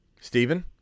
Stephen